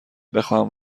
بخواهم